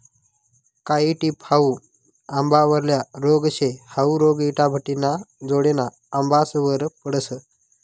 कायी टिप हाउ आंबावरला रोग शे, हाउ रोग इटाभट्टिना जोडेना आंबासवर पडस